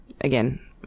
again